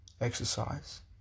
Exercise